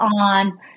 on